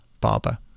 Barber